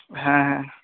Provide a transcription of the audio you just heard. ᱦᱮᱸ